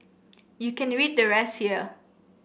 you can read the rest here